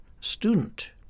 student